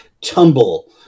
tumble